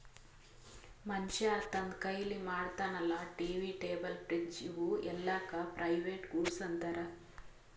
ಮನ್ಶ್ಯಾ ತಂದ್ ಕೈಲೆ ಮಾಡ್ತಾನ ಅಲ್ಲಾ ಟಿ.ವಿ, ಟೇಬಲ್, ಫ್ರಿಡ್ಜ್ ಇವೂ ಎಲ್ಲಾಕ್ ಪ್ರೈವೇಟ್ ಗೂಡ್ಸ್ ಅಂತಾರ್